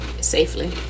Safely